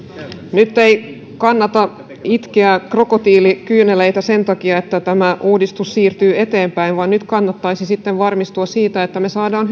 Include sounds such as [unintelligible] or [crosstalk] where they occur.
nyt ei kannata itkeä krokotiilin kyyneleitä sen takia että tämä uudistus siirtyy eteenpäin vaan nyt kannattaisi varmistua siitä että me saamme [unintelligible]